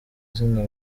zina